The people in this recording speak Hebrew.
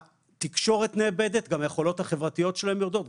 התקשורת נאבדת וגם היכולות החברתיות שלהם יורדות,